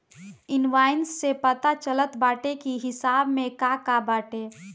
invoice से पता चलत बाटे की हिसाब में का का बाटे